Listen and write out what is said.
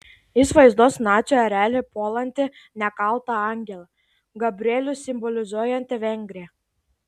jis vaizduos nacių erelį puolantį nekaltą angelą gabrielių simbolizuojantį vengriją